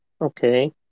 Okay